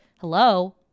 hello